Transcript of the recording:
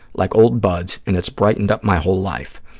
like old buds, and it's brightened up my whole life.